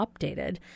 updated